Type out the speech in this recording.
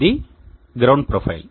ఇది ground profile